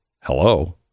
hello